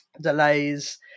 delays